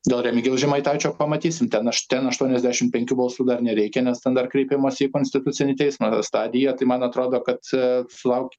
dėl remigijaus žemaitaičio pamatysim ten aš ten aštuoniasdešim penkių balsų dar nereikia nes ten dar kreipimosi į konstitucinį teismą stadija tai man atrodo kad sulau